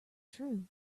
true